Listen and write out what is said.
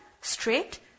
straight